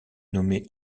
nommé